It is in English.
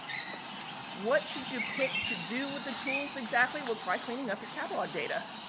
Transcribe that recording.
what should you pick to do with the tools exactly? well, try cleaning up your catalog data.